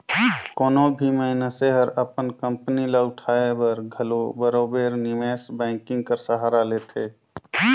कोनो भी मइनसे हर अपन कंपनी ल उठाए बर घलो बरोबेर निवेस बैंकिंग कर सहारा लेथे